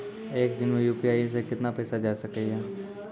एक दिन मे यु.पी.आई से कितना पैसा जाय सके या?